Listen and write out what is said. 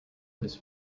this